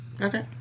Okay